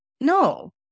No